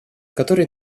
которые